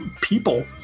people